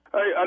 Hey